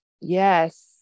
Yes